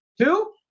two